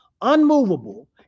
unmovable